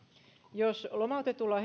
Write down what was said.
jos lomautetulla